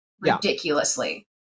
ridiculously